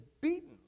beaten